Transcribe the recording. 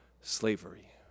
slavery